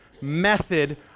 method